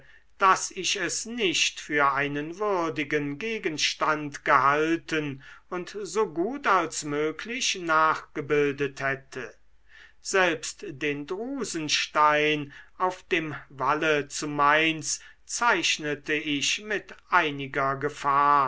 daß ich es nicht für einen würdigen gegenstand gehalten und so gut als möglich nachgebildet hätte selbst den drusenstein auf dem walle zu mainz zeichnete ich mit einiger gefahr